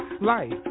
life